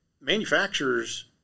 manufacturers